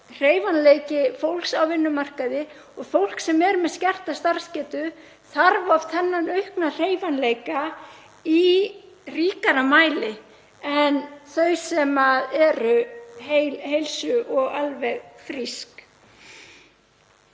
hreyfanleiki fólks á vinnumarkaði og fólk með skerta starfsgetu þarf oft þennan aukna hreyfanleika í ríkara mæli en þau sem eru heil heilsu og alveg frísk.